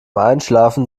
einschlafen